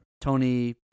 Tony